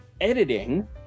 editing